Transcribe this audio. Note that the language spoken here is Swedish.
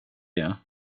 jag